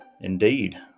Indeed